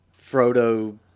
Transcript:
Frodo